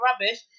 rubbish